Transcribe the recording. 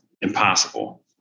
impossible